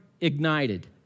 ignited